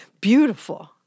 Beautiful